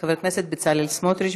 חבר הכנסת בצלאל סמוטריץ,